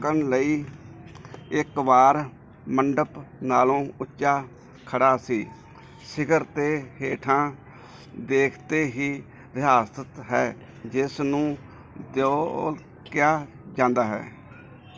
ਹਕਨ ਲਈ ਇੱਕ ਵਾਰ ਮੰਡਪ ਨਾਲੋਂ ਉੱਚਾ ਖੜ੍ਹਾ ਸੀ ਸਿਖਰ ਤੇ ਹੇਠਾਂ ਦੇਖਤੇ ਹੀ ਰਿਆਸਤ ਹੈ ਜਿਸ ਨੂੰ ਦੇਊਲ ਕਿਹਾ ਜਾਂਦਾ ਹੈ